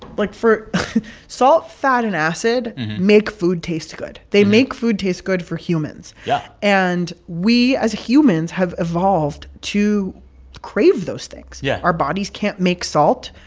like, for salt, fat and acid make food taste good. they make food taste good for humans yeah and we as humans have evolved to crave those things yeah our bodies can't make salt.